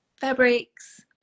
fabrics